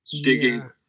digging